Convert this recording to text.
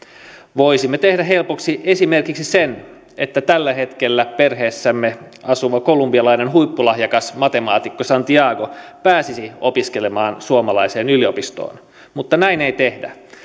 voisimme tehdä helpoksi esimerkiksi sen että tällä hetkellä perheessämme asuva kolumbialainen huippulahjakas matemaatikko santiago pääsisi opiskelemaan suomalaiseen yliopistoon mutta näin ei tehdä